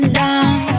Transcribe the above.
down